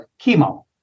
chemo